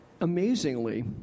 amazingly